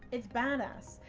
it's badass,